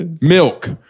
milk